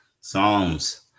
Psalms